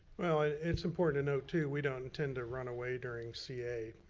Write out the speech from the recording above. well it's important to note, too, we don't intend to run away during ca,